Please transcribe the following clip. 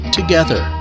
together